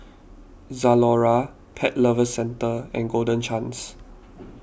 Zalora Pet Lovers Centre and Golden Chance